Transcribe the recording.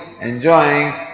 enjoying